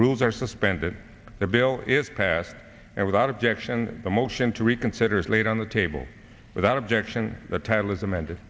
rules are suspended the bill is passed and without objection the motion to reconsider is laid on the table without objection the title is amend